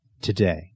today